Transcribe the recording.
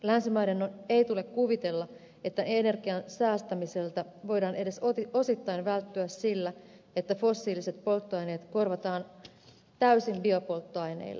länsimaiden ei tule kuvitella että energian säästämiseltä voidaan edes osittain välttyä sillä että fossiiliset polttoaineet korvataan täysin biopolttoaineilla